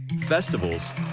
Festivals